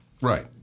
Right